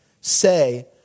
say